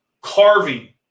carving